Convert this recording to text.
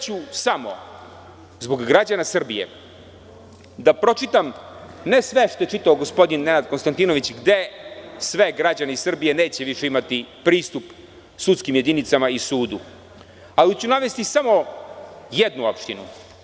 Samo zbog građana Srbije ću pročitati ne sve što je čitao gospodin Nenad Konstantinović, gde sve građani Srbije više neće imati pristup sudskim jedinicama i sudu, ali ću navesti samo jednu opštinu.